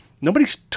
nobody's